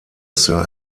sir